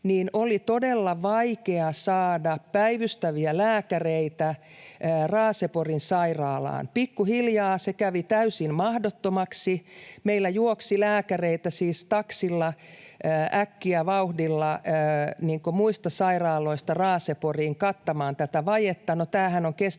niin oli todella vaikea saada päivystäviä lääkäreitä Raaseporin sairaalaan. Pikkuhiljaa se kävi täysin mahdottomaksi. Meillä juoksi lääkäreitä siis taksilla äkkiä vauhdilla muista sairaaloista Raaseporiin kattamaan tätä vajetta.